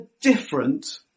different